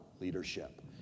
leadership